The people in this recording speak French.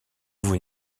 vous